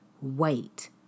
Wait